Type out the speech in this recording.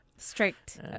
Strict